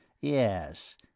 Yes